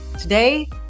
Today